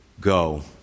go